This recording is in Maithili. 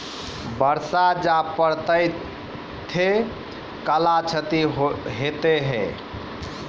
बरसा जा पढ़ते थे कला क्षति हेतै है?